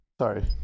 Sorry